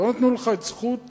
לא נתנו לך את זכות